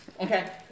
Okay